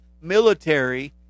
military